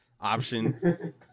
option